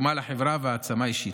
תרומה לחברה והעצמה אישית,